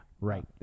right